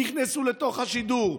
נכנסו לתוך השידור,